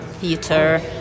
theater